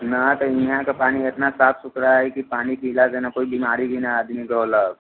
नहि तऽ इहाँके पानि एतना साफ सुथड़ा हय कि पानि पिलासे ने कोइ बीमारी भी नहि आदमीके होलक